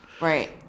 Right